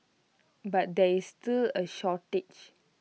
but there is still A shortage